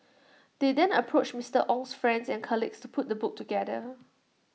they then approached Mister Ong's friends and colleagues to put the book together